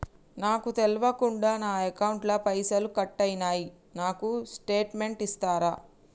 నాకు తెల్వకుండా నా అకౌంట్ ల పైసల్ కట్ అయినై నాకు స్టేటుమెంట్ ఇస్తరా?